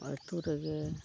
ᱟᱛᱳ ᱨᱮᱜᱮ